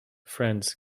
friends